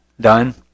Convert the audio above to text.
Done